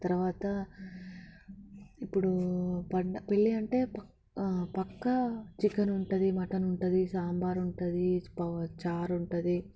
తర్వాత ఇప్పుడు పండ పెళ్ళి అంటే పక్క చికెన్ ఉంటుంది మటన్ ఉంటుంది సాంబారు ఉంటుంది చారు ఉంటుంది